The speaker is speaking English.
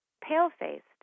pale-faced